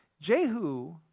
Jehu